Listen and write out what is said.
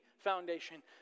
foundation